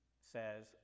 says